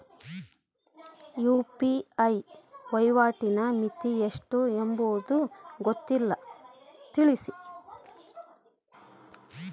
UPI ವಹಿವಾಟಿನ ಮಿತಿ ಎಷ್ಟು ಎಂಬುದು ಗೊತ್ತಿಲ್ಲ? ತಿಳಿಸಿ?